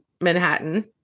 Manhattan